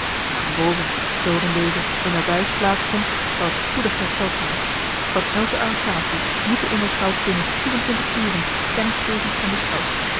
daarenboven zoo er in dezen een abuis plaats vond zou het spoedig hersteld zijn van elke arrestatie moet de onderschout binnen vier en twintig uren kennis geven aan den schout